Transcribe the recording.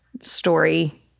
story